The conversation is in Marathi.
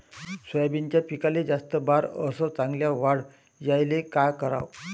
सोयाबीनच्या पिकाले जास्त बार अस चांगल्या वाढ यायले का कराव?